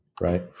right